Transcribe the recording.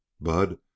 Bud